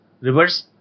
reverse